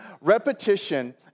repetition